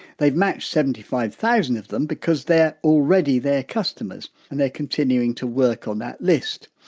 they've matched seventy five thousand of them, because they're already their customers and they're continuing to work on that list.